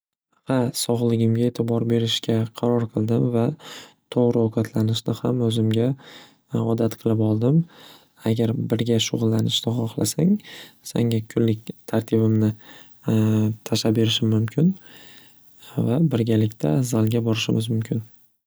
Xa sog'ligimga e'tibor berishga qaror qildim va to'g'ri ovqatlanishni ham o'zimga odat qilib oldim agar birga shug'illanishni xohlasang sanga kunlik tartibimni tashab berishim mumkin va birgalikda zalga borishimiz mumkin.